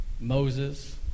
Moses